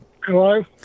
Hello